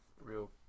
real